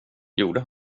gjorde